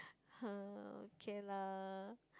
!huh! okay lah